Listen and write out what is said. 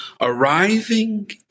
arriving